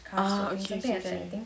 ah ookay ookay ookay